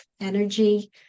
energy